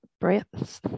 breaths